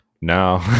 no